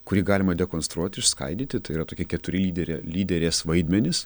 kurį galima dekonstruoti išskaidyti tai yra tokie keturi lyderia lyderės vaidmenys